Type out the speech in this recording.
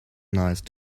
nice